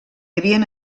havien